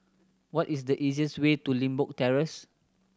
what is the easiest way to Limbok Terrace